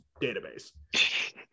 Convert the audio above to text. database